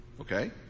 Okay